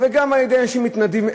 אבל גם על-ידי אנשים מתנדבים.